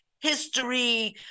history